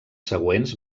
següents